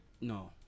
No